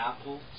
Apple